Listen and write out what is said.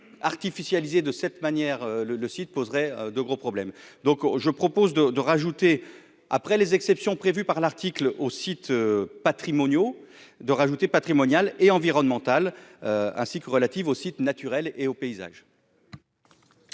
artificialiser de cette manière le le site poserait de gros problèmes, donc je propose de de rajouter après les exceptions prévues par l'article aux sites patrimoniaux de rajouter patrimoniales et environnementales, ainsi que relatives aux sites naturels et aux paysages.